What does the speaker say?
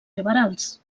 liberals